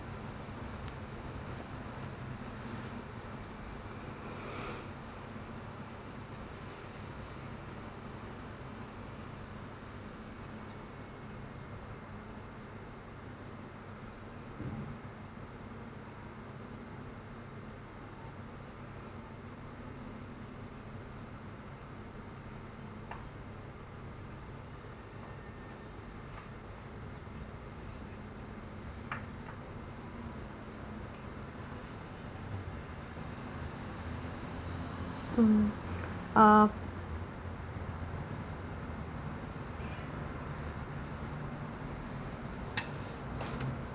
mm uh